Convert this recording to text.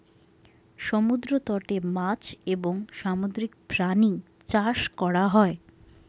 সমুদ্র তটে মাছ এবং সামুদ্রিক প্রাণী চাষ করা হয়